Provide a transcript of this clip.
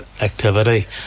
activity